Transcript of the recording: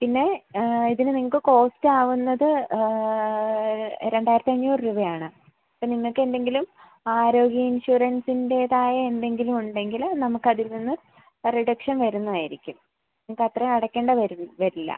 പിന്നെ ഇതിന് നിങ്ങൾക്ക് കോസ്റ്റാവുന്നത് രണ്ടായിരത്തഞ്ഞൂറ് രൂപയാണ് അപ്പോൾ നിങ്ങൾക്ക് എന്തെങ്കിലും ആരോഗ്യ ഇൻഷുറൻസിൻറ്റേതായ എന്തെങ്കിലും ഉണ്ടെങ്കില് നമുക്ക് അതിൽ നിന്ന് റിഡക്ഷൻ വരുന്നതായിരിക്കും നിങ്ങൾക്ക് അത്ര അടയ്ക്കണ്ട വരു വരില്ല